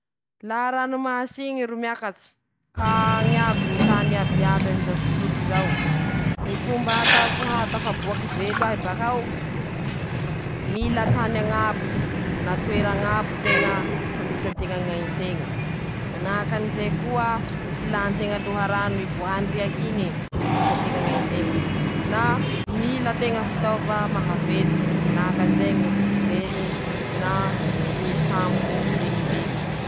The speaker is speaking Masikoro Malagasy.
Ñy fomba ataoko, hivolañiko aminy ñ'olo ñy raha mahazo ahy, laha zaho ro navaliky ny ñy mpañosavy mpanao aoly raty raiky alika: -ñy voalohany, mampiasa ñy feoko aho laha azo atao zay ;ñy faharoe, mampiasa fihetsiky, noho ñy fañahy laha tsy misy afaky mivola, manahaky anizay koa ñy fiezahako mañampy ñy vatakono mitady vaha ola ialako aminy ñy rah<…>.